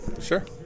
sure